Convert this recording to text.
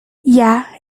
yeah